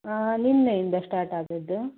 ನಿನ್ನೆಯಿಂದ ಸ್ಟಾರ್ಟ್ ಆದದ್ದು